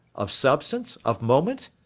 of substance, of moment?